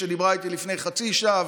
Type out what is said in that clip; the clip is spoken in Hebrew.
שדיברה איתי לפני חצי שעה,